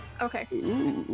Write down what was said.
Okay